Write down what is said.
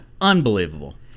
unbelievable